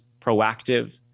proactive